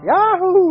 Yahoo